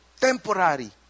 Temporary